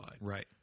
Right